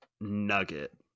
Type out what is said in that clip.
nugget